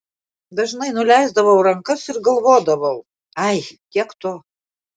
dažnai nuleisdavau rankas ir galvodavau ai tiek to